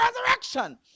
resurrection